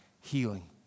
healing